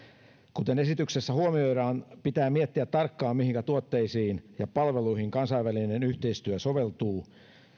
kuten esityksessä huomioidaan pitää miettiä tarkkaan mihinkä tuotteisiin ja palveluihin kansainvälinen yhteistyö soveltuu